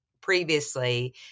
previously